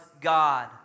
God